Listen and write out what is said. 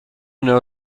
know